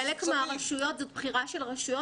חלק מהרשויות, זו בחירה של רשויות.